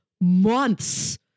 months